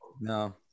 No